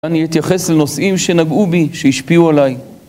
אני אתייחס לנושאים שנגעו בי, שהשפיעו עליי.